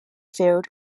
failed